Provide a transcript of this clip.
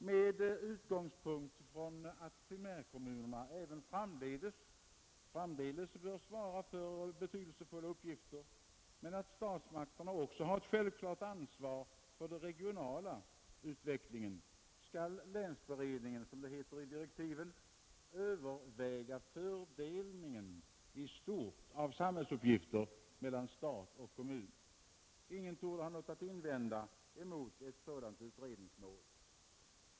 Med utgångspunkt i att primärkommunerna även framdeles bör svara för betydelsefulla uppgifter men att statsmakterna också har ett självklart ansvar för den regionala utvecklingen skall länsberedningen — som det heter i direktiven — överväga fördelningen i stort av samhällets uppgifter mellan stat och kommun. Ingen torde ha något att invända mot ett sådant utredningsmål.